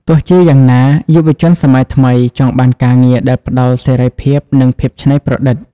ទោះជាយ៉ាងណា យុវជនសម័យថ្មីចង់បានការងារដែលផ្តល់ "សេរីភាព" និង "ភាពច្នៃប្រឌិត"។